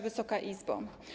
Wysoka Izbo!